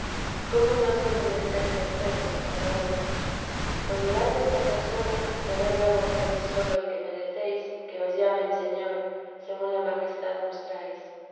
cómo no son menester terceros para vos con mirar vuestra persona se ve luego que sois sólo el que merecéis que os llamen señor según la majestad